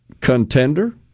contender